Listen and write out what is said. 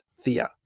Thea